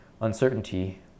uncertainty